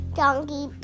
donkey